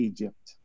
Egypt